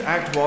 Act